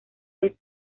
vez